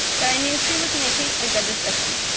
but i knew she was making a good decision.